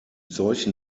solchen